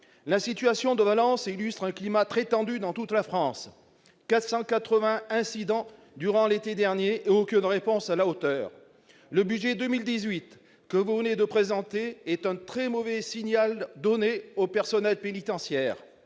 La situation de Valence illustre un climat très tendu dans toutes les prisons de France, avec 480 incidents durant l'été dernier, et aucune réponse à la hauteur de ces événements. Le budget pour 2018 que vous venez de présenter est un très mauvais signal donné au personnel pénitentiaire.